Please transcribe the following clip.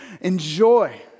enjoy